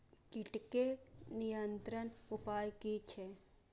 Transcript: कीटके नियंत्रण उपाय कि छै?